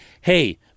hey